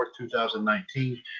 2019